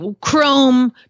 chrome